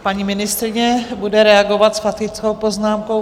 Paní ministryně bude reagovat s faktickou poznámkou.